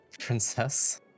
princess